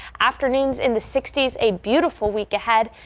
afternoons in the sixty s, a beautiful week ahead.